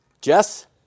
Jess